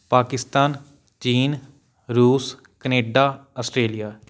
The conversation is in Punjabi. ਪਾਕਿਸਤਾਨ ਚੀਨ ਰੂਸ ਕਨੇਡਾ ਅਸਟ੍ਰੇਲੀਆ